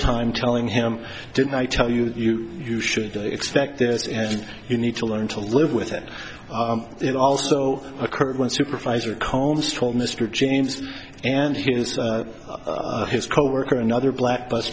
time telling him didn't i tell you that you should expect this and you need to learn to live with it it also occurred when supervisor combs told mr james and his his coworker another black bus